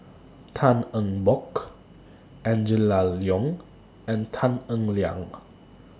Tan Eng Bock Angela Liong and Tan Eng Liang